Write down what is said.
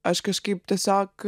aš kažkaip tiesiog